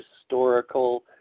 historical